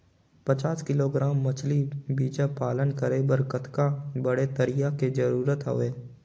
पचास किलोग्राम मछरी बीजा पालन करे बर कतका बड़े तरिया के जरूरत हवय?